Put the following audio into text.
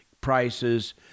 prices